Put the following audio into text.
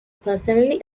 personally